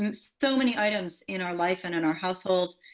and so many items in our life and in our household,